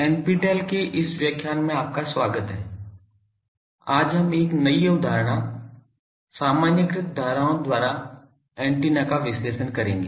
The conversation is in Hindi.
NPTEL के इस व्याख्यान में आपका स्वागत है आज हम एक नई अवधारणा सामान्यीकृत धाराओं द्वारा एंटीना का विश्लेषण करेंगे